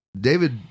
David